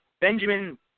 Benjamin